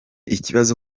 ikibazo